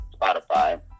Spotify